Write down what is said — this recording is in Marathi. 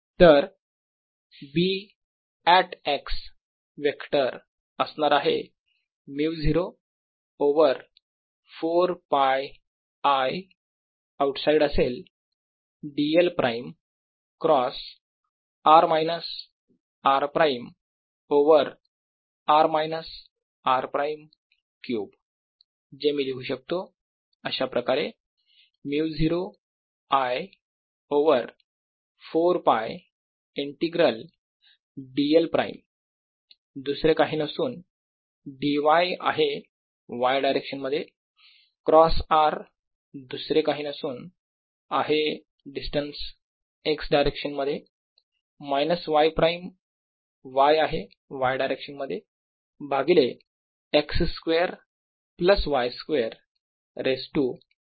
तर B ऍट x वेक्टर असणार आहे μ0 ओवर 4π I आऊट साईड असेल dl prime cross r minus r prime over r minus r prime cube जे मी लिहू शकतो अशाप्रकारे μ0 I over 4π integral dl prime दुसरे काही नसून dy आहे y डायरेक्शन मध्ये क्रॉस r दुसरे काही नसून आहे डिस्टन्स x डायरेक्शन मध्ये मायनस y प्राईम y आहे y डायरेक्शन मध्ये भागिले x square plus y square raise to 3 by 2